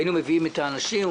היינו מביאים את האנשים.